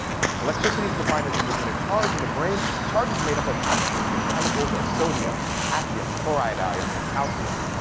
electricity is defined as a movement of charge in the brain, charge is made up of chemicals. those chemicals are sodium, potassium, chloride ions and calcium.